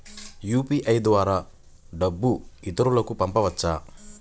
UPI ద్వారా డబ్బు ఇతరులకు పంపవచ్చ?